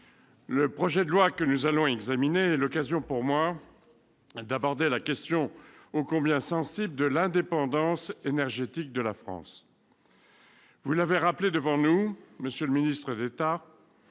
le projet de loi que nous allons examiner est l'occasion pour moi d'aborder la question ô combien sensible de l'indépendance énergétique de la France. Vous l'avez rappelé devant nous, monsieur le ministre d'État,